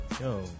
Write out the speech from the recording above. Yo